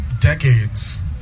decades